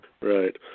Right